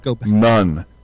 none